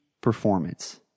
performance